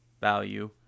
value